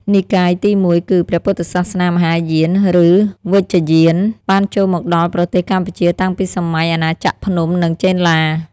និកាយទី១គឺ ព្រះពុទ្ធសាសនាមហាយាន ឬ វជ្រយាន បានចូលមកដល់ប្រទេសកម្ពុជាតាំងពីសម័យអាណាចក្រភ្នំ និងចេនឡា។